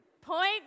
Point